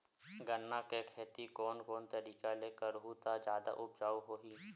गन्ना के खेती कोन कोन तरीका ले करहु त जादा उपजाऊ होही?